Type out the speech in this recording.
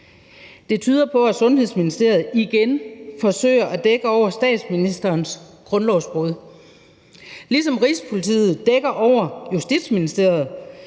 Det tyder på, at Sundhedsministeriet igen forsøger at dække over statsministerens grundlovsbrud, ligesom Rigspolitiet dækker over Justitsministeriet,